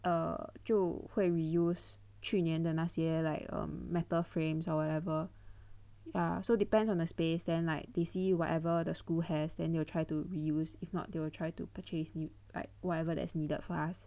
err 就会 re-use 去年的那些 like um metal frames or whatever ya so depends on the space then like they see whatever the school has then they will try to reuse if not they will try to purchase new like whatever that is needed for us